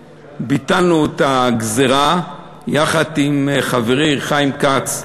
שביטלנו את הגזירה עליהן, יחד עם חברי חיים כץ,